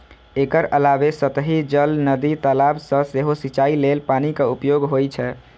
एकर अलावे सतही जल, नदी, तालाब सं सेहो सिंचाइ लेल पानिक उपयोग होइ छै